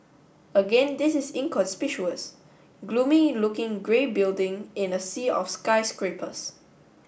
again this is inconspicuous gloomy looking grey building in a sea of skyscrapers